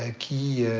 ah key